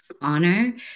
Honor